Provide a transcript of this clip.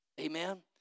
Amen